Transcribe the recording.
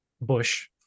Bush